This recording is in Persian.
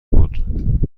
بود